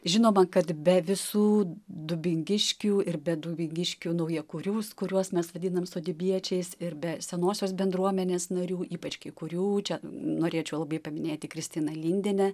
žinoma kad be visų dubingiškių ir be dubingiškių naujakurių kuriuos mes vadinam sodybiečiais ir be senosios bendruomenės narių ypač kai kurių čia norėčiau labai paminėti kristiną lindienę